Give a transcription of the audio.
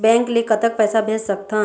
Bank ले कतक पैसा भेज सकथन?